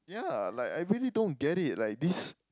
ya like I really don't get it like this